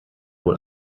wohl